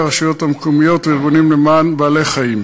הרשויות המקומיות וארגונים למען בעלי-חיים.